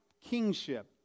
kingship